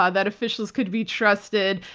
ah that officials could be trusted,